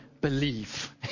believe